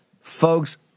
Folks